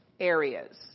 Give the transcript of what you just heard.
areas